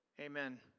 Amen